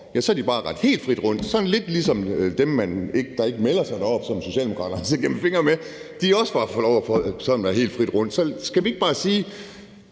bare kunne rende helt frit rundt, sådan lidt ligesom dem, der ikke melder sig deroppe, hvilket Socialdemokraterne har set igennem fingre med. De får også bare lov til sådan at gå helt frit rundt. Så skal vi ikke bare sige,